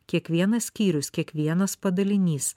kiekvienas skyrius kiekvienas padalinys